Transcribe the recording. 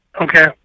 Okay